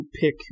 pick